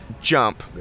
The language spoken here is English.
jump